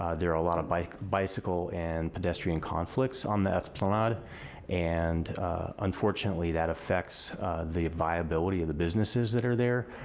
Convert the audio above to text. ah there are a lot of bicycle bicycle and pedestrian conflicts on the esplanade and unfortunately that affects the viability of the businesses that are there.